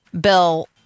Bill